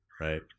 Right